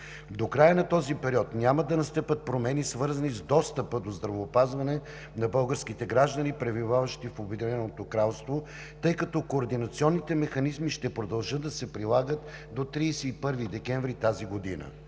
До края на този период няма да настъпят промени, свързани с достъпа до здравеопазване на българските граждани, пребиваващи в Обединеното кралство, тъй като координационните механизми ще продължат да се прилагат до 31 декември тази година.